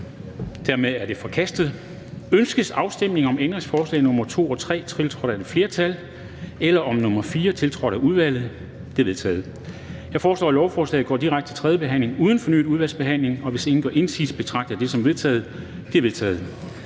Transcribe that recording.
ændringsforslaget forkastet. Ønskes afstemning om ændringsforslag nr. 2 og 3, tiltrådt af et flertal (udvalget med undtagelse af NB), eller om ændringsforslag nr. 4, tiltrådt af udvalget? De er vedtaget. Jeg foreslår, at lovforslaget går direkte til tredje behandling uden fornyet udvalgsbehandling, og hvis ingen gør indsigelse, betragter jeg det som vedtaget. Det er vedtaget.